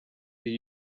did